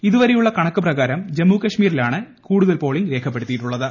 ഇതുവരെയുള്ള കണക്ക് പ്രകാരം ജമ്മു കശ്മീരിലാണ് കൂടുതൽ പോളിംഗ് രേഖപ്പെടുത്തിയിട്ടുള്ളത്